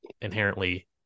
inherently